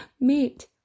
mate